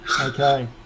Okay